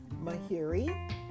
Mahiri